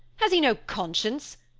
has he no conscience?